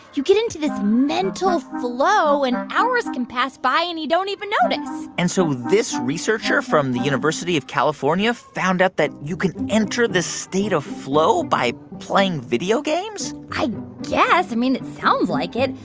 you get into this mental flow, and hours can pass by, and you don't even notice and so this researcher from the university of california found out that you can enter this state of flow by playing video games? i yeah guess. i mean, it sounds like it.